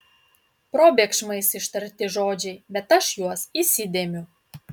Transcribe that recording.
probėgšmais ištarti žodžiai bet aš juos įsidėmiu